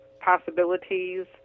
possibilities